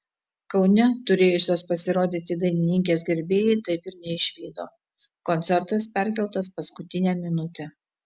kaune turėjusios pasirodyti dainininkės gerbėjai taip ir neišvydo koncertas perkeltas paskutinę minutę